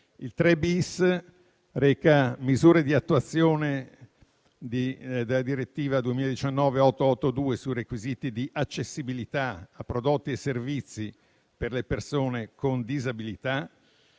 3-*bis* reca misure di attuazione della direttiva UE 2019/882 sui requisiti di accessibilità a prodotti e servizi per le persone con disabilità.